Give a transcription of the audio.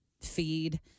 feed